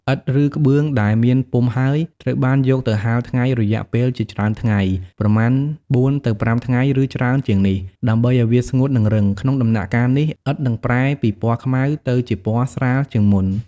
ឥដ្ឋ ឬក្បឿងដែលបានពុម្ពហើយ ត្រូវបានយកទៅហាលថ្ងៃរយៈពេលជាច្រើនថ្ងៃ ប្រមាណ ៤ ទៅ ៥ ថ្ងៃ ឬច្រើនជាងនេះ ដើម្បីឱ្យវាស្ងួត និងរឹង។ ក្នុងដំណាក់កាលនេះ ឥដ្ឋនឹងប្រែពីពណ៌ខ្មៅទៅជាពណ៌ស្រាលជាងមុន។